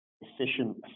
efficient